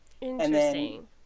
Interesting